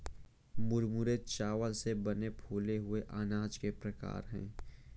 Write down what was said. मुरमुरे चावल से बने फूले हुए अनाज के प्रकार है